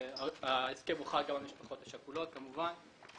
ההסכם הוחל גם על המשפחות השכולות, כמובן.